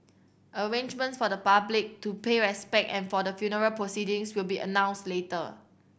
arrangements for the public to pay a respect and for the funeral proceedings will be announce later